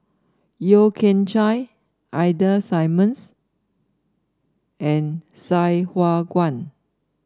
Yeo Kian Chye Ida Simmons and Sai Hua Kuan